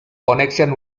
connection